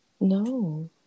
No